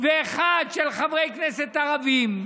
ואחד של חברי כנסת ערבים,